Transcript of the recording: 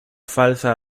falsa